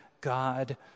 God